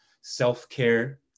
self-care